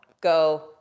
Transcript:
go